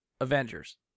Avengers